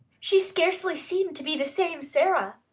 she scarcely seemed to be the same sara.